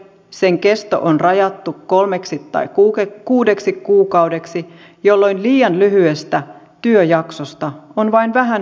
sen kesto on rajattu kolmeksi tai kuudeksi kuukaudeksi jolloin liian lyhyestä työjaksosta on vain vähän hyötyä